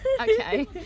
Okay